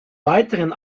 weiteren